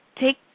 Take